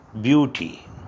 beauty